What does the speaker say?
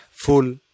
full